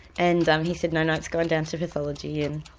and um he said no, no, it's gone down to pathology and